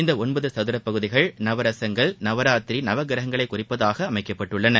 இந்த ஒன்பது சதுர பகுதிகள் நவரசங்கள் நவராத்திரி நவக்கிரகங்களை குறிப்பதாக அமைக்கப்பட்டுள்ளன